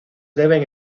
deben